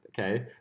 okay